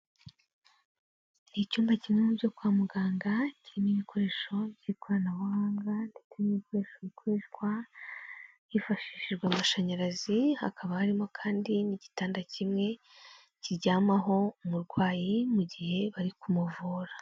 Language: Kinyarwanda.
Icyumba kimwe mu byo kwa muganga kirimo ibikoresho by'ikoranabuhanga ndetse n'ibikoresho bikoreshwa hifashishijwe amashanyarazi, hakaba harimo kandi n'igitanda kimwe kiryamaho umurwayi mu gihe bari kumuvura.